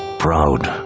proud,